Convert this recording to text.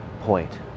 point